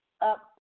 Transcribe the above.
up